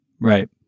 right